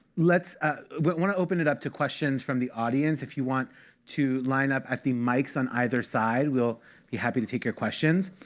want to open it up to questions from the audience. if you want to line up at the mics on either side, we'll be happy to take your questions.